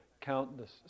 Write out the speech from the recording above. countless